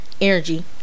energy